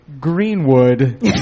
Greenwood